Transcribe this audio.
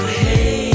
hey